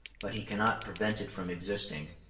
but he cannot prevent it from existing,